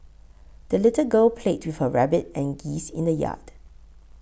the little girl played with her rabbit and geese in the yard